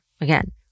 Again